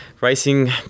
racing